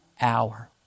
hour